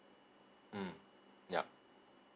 mm yup